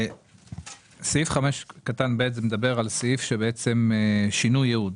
סעיף 5(ב) מדבר על שינוי יעוד.